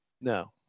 No